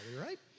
right